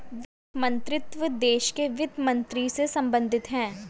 वित्त मंत्रीत्व देश के वित्त मंत्री से संबंधित है